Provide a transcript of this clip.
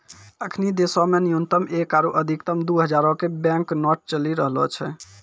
अखनि देशो मे न्यूनतम एक आरु अधिकतम दु हजारो के बैंक नोट चलि रहलो छै